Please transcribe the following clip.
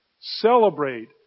celebrate